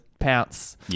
Pounce